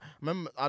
remember